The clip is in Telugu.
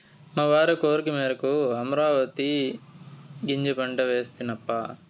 మా భార్య కోరికమేరకు అమరాంతీ గింజల పంట వేస్తినప్పా